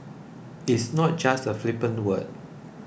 it's not just a flippant word